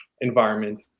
environment